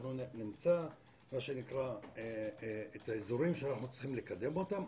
אנחנו נמצא את האזורים שאנחנו צריכים לקדם אותם,